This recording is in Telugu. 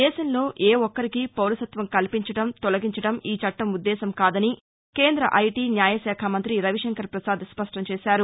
దేశంలో ఏ ఒక్కరికి పౌరసత్వం కల్పించడం తొలగించడం ఈ చట్టం ఉద్దేశ్యం కాదని కేంద్ర ఐటీ న్యాయ శాఖ మంతి రవిశంకర్ పసాద్ స్పష్టం చేశారు